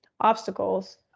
obstacles